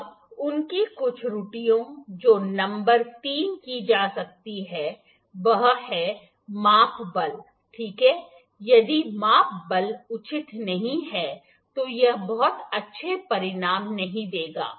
अब उनकी कुछ त्रुटियां जो नंबर तीन की जा सकती हैं वह है माप बल ठीक है यदि माप बल उचित नहीं है तो यह बहुत अच्छे परिणाम नहीं देगा